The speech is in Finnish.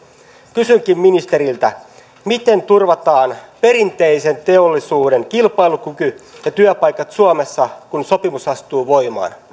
kysynkin ministeriltä miten turvataan perinteisen teollisuuden kilpailukyky ja työpaikat suomessa kun sopimus astuu voimaan